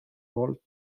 wollt